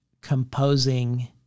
composing